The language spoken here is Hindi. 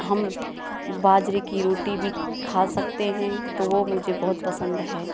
हम बाजरे की रोटी भी खा सकते हैं तो वह मुझे बहुत पसंद है